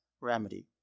remedy